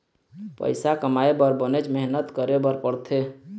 पइसा कमाए बर बनेच मेहनत करे बर पड़थे